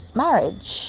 marriage